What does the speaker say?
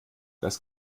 das